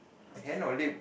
hand or limb